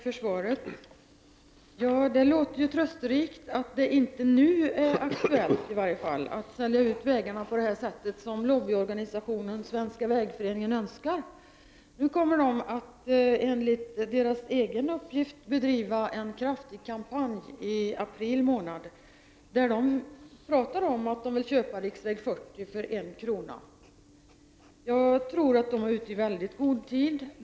Herr talman! Tack för svaret! Det låter ju trösterikt att det i varje fall inte nu är aktuellt att sälja ut vägarna på det sätt som lobbyorganisationen Svenska Vägföreningen önskar. Enligt föreningens egen uppgift kommer man nu att bedriva en kraftfull kampanj i april månad, där man kommer att föra fram sitt önskemål om att köpa riksväg 40 för en krona. Jag tror att Svenska Vägföreningen är ute i mycket god tid.